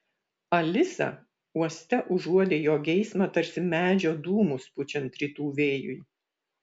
alisa uoste užuodė jo geismą tarsi medžio dūmus pučiant rytų vėjui